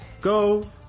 go